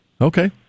Okay